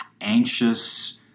anxious